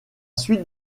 suite